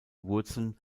wurzeln